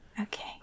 Okay